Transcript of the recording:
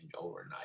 overnight